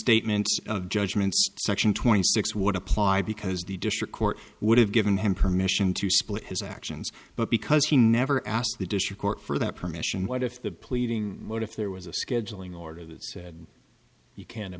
restatements judgments section twenty six would apply because the district court would have given him permission to split his actions but because he never asked the district court for that permission what if the pleading there was a scheduling order that said you can